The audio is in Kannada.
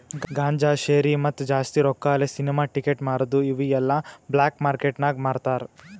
ಗಾಂಜಾ, ಶೇರಿ, ಮತ್ತ ಜಾಸ್ತಿ ರೊಕ್ಕಾಲೆ ಸಿನಿಮಾ ಟಿಕೆಟ್ ಮಾರದು ಇವು ಎಲ್ಲಾ ಬ್ಲ್ಯಾಕ್ ಮಾರ್ಕೇಟ್ ನಾಗ್ ಮಾರ್ತಾರ್